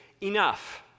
enough